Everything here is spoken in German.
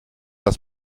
das